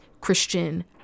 Christian